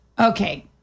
Okay